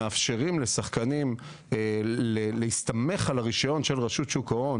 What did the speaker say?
שמאפשרים לשחקנים להסתמך על הרישיון של שוק ההון